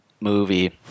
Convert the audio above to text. movie